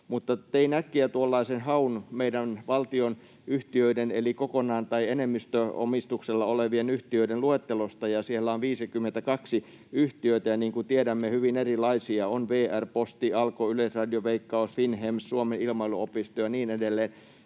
tein äkkiä tuollaisen haun meidän valtionyhtiöiden — eli kokonaan tai enemmistöomistuksella olevien yhtiöiden — luettelosta ja siellä on 52 yhtiötä, ja niin kuin tiedämme, hyvin erilaisia. On VR, Posti, Alko, Yleisradio, Veikkaus, FinnHEMS, Suomen Ilmailuopisto ja niin edelleen.